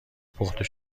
پخته